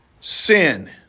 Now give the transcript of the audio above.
sin